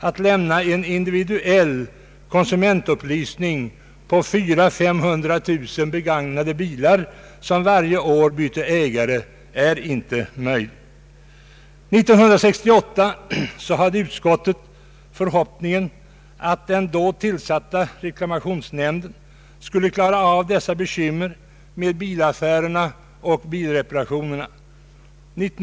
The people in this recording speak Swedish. Att lämna en individuell konsumentupplysning i fråga om de 400 000—500 000 begagnade bilar som varje år byter ägare är inte möjligt. År 1968 hade utskottet en förhoppning om att den då tillsatta reklamationsnämnden skulle klara av dessa bekymmer med bilaffärerna och bilreparationerna.